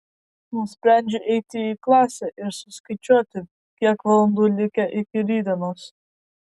nusprendžiu eiti į klasę ir suskaičiuoti kiek valandų likę iki rytdienos